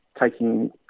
taking